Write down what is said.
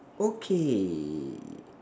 okay